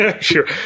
Sure